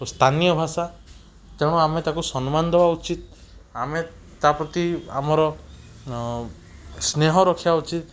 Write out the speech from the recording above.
ସ୍ଥାନୀୟ ଭାଷା ତେଣୁ ଆମେ ତାକୁ ସମ୍ମାନ ଦେବା ଉଚିତ୍ ଆମେ ତା' ପ୍ରତି ଆମର ସ୍ନେହ ରଖିବା ଉଚିତ୍